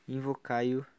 Invocai-o